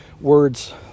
words